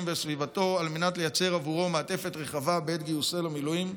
ובסביבתו על מנת לייצר בעבורו מעטפת רחבה בעת גיוסו למילואים.